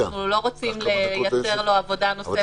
אנחנו לא רוצים לייצר לו עבודה נוספת,